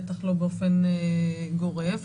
בטח לא באופן גורף.